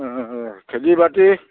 খেতি বাতি